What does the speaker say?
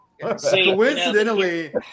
Coincidentally